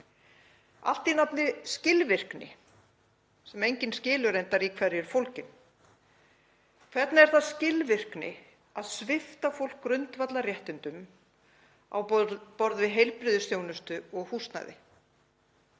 allt í nafni skilvirkni sem enginn skilur reyndar í hverju er fólgin. Hvernig er það skilvirkni að svipta fólk grundvallarréttindum á borð við heilbrigðisþjónustu og húsnæði?